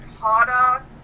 harder